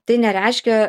tai nereiškia